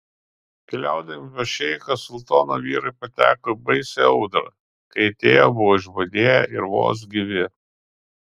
keliaudami pas šeichą sultono vyrai pateko į baisią audrą kai atėjo buvo išbadėję ir vos gyvi